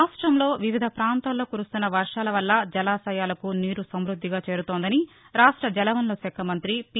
రాష్ట్లంలో వివిధ పాంతాల్లో కురుస్తున్న వర్వాల వల్ల జలాశయాలకు నీరు సమ్బద్దిగా చేరుతోందని న్న రాష్ట జలవనరుల శాఖ మంతి పి